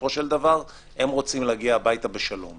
בסופו של דבר הם רוצים להגיע הביתה בשלום.